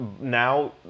Now